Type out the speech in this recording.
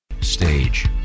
Stage